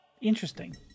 interesting